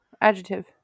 Adjective